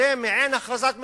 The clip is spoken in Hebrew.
זו מעין הכרזת מלחמה.